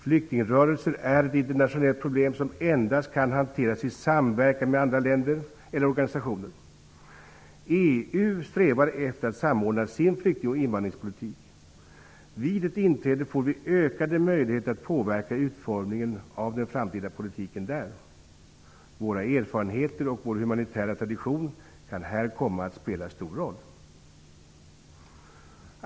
Flyktingrörelser är ett internationellt problem, som endast kan hanteras i samverkan med andra länder eller organisationer. EU strävar efter att samordna sin flykting och invandringspolitik. Vid ett inträde i EU får vi ökade möjligheter att påverka utformningen av den framtida politiken där. Våra erfarenheter och vår humanitära tradition kan i det sammanhanget komma att spela stor roll.